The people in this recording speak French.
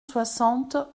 soixante